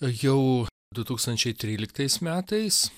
jau du tūkstančiai tryliktais metais